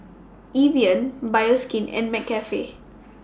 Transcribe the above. Evian Bioskin and McCafe